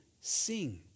sing